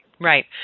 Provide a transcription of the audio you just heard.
Right